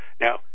Now